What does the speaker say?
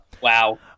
Wow